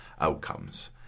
outcomes